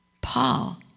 Paul